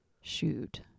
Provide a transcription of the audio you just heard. Shoot